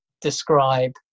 describe